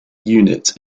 unit